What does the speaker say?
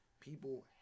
People